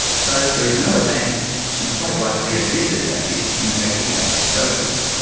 so there is no advantage and quite likely a disadvantage in taking massive doses.